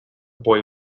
boy